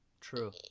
True